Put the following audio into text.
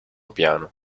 piano